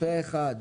אושר